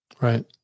Right